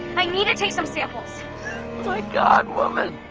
i need to take some samples my god, woman.